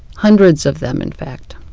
hundreds of them, in fact.